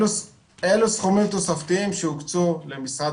אלה סכומים תוספתיים שהוקצו למשרד